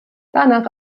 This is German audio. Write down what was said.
danach